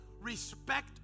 Respect